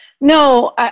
No